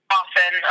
often